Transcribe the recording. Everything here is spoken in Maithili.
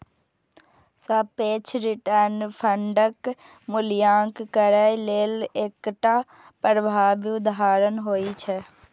सापेक्ष रिटर्न फंडक मूल्यांकन करै लेल एकटा प्रभावी उपकरण होइ छै